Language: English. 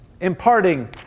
imparting